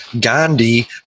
Gandhi